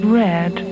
red